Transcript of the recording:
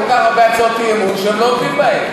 כל כך הרבה הצעות אי-אמון שלא עומדים בהן.